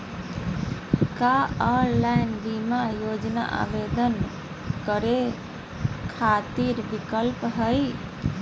का ऑनलाइन बीमा योजना आवेदन करै खातिर विक्लप हई?